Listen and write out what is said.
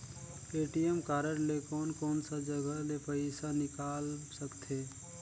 ATM card ले कोन कोन सा जगह ले पइसा निकाल सकथे?